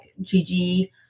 Gigi